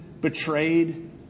betrayed